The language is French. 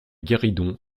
guéridon